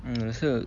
mm